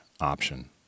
option